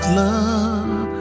love